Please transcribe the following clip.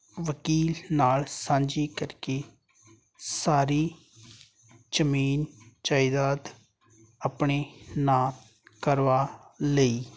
ਵਕੀਲ ਨਾਲ ਸਾਂਝੀ ਕਰਕੇ ਸਾਰੀ ਜ਼ਮੀਨ ਜਾਇਦਾਦ ਆਪਣੇ ਨਾਂ ਕਰਵਾ ਲਈ